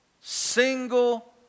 single